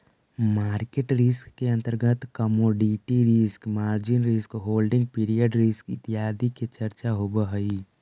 market risk के अंतर्गत commodity risk, margin risk, holding period risk इत्यादि के चर्चा होवऽ हई